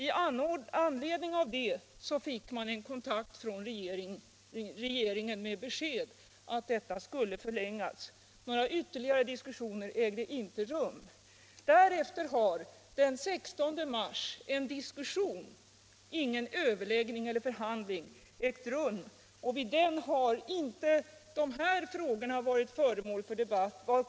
I anledning av detta fick man kontakt med regeringen Om utbyggnadsprooch besked om att detta skulle förlängas. Några ytterligare diskussioner — grammet för ägde inte rum. Därefter har, den 16 mars, en diskussion — inga över — barnomsorgen läggningar eller förhandlingar — ägt rum och vid den har de här frågorna inte varit föremål för debatt.